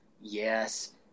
Yes